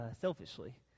selfishly